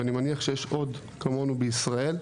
ואני מניח שיש עוד כמונו בישראל,